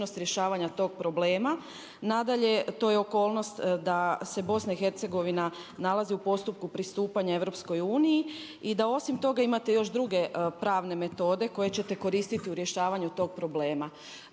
rješavanja tog problema. Nadalje, to je okolnost da se Bosna i Hercegovina nalazi u postupku pristupanja EU i da osim toga imate još druge pravne metode koje ćete koristiti u rješavanju tog problema.